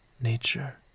nature